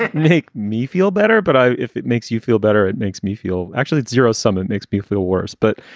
make me feel better but i if it makes you feel better, it makes me feel actually zero sum. it makes me feel worse. but